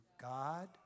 God